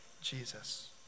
Jesus